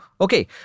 Okay